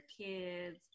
kids